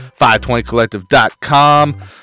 520Collective.com